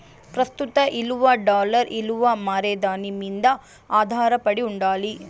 ప్రస్తుత ఇలువ డాలర్ ఇలువ మారేదాని మింద ఆదారపడి ఉండాలి